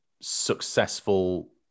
successful